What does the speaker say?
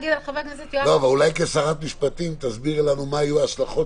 אולי כשרת משפטים תסבירי לנו מה יהיו ההשלכות